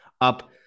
up